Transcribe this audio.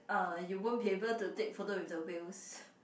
uh you won't be able to take photo with the whales